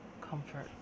comfort